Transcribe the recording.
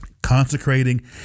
consecrating